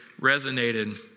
resonated